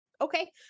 Okay